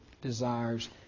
desires